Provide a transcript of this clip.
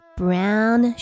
brown